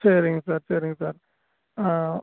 சரிங்க சார் சரிங்க சார்